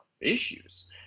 issues